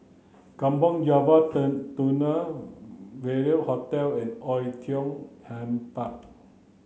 Kampong Java turn Tunnel Venue Hotel and Oei Tiong Ham Park